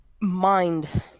mind